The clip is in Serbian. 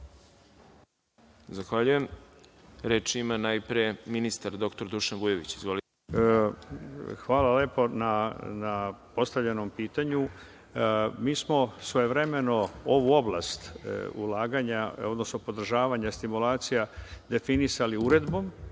Zahvaljujem. Reč ima najpre ministar, dr Dušan Vujović. Izvolite. **Dušan Vujović** Hvala lepo na postavljenom pitanju. Mi smo svojevremeno ovu oblast ulaganja, odnosno podržavanja stimulacija, definisali Uredbom